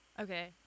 Okay